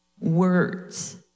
words